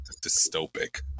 dystopic